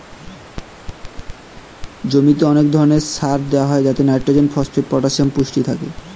জমিতে অনেক ধরণের সার দেওয়া হয় যাতে নাইট্রোজেন, ফসফেট, পটাসিয়াম পুষ্টি থাকে